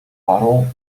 parą